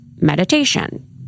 meditation